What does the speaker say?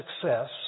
success